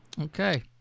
Okay